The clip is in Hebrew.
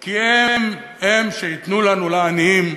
כי הם-הם שייתנו לנו, לעניים,